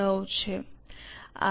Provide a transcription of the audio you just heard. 9 છે